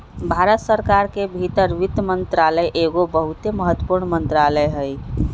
भारत सरकार के भीतर वित्त मंत्रालय एगो बहुते महत्वपूर्ण मंत्रालय हइ